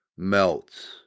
melts